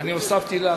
אני הוספתי לך.